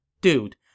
Dude